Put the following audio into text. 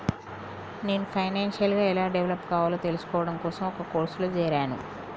నేను ఫైనాన్షియల్ గా ఎలా డెవలప్ కావాలో తెల్సుకోడం కోసం ఒక కోర్సులో జేరాను